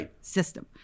system